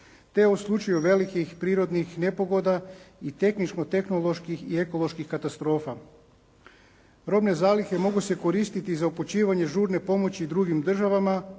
te o slučaju velikih prirodnih nepogoda i tehničko tehnoloških i ekoloških katastrofa. Robne zalihe mogu se koristiti za upućivanje žurne pomoći drugim državama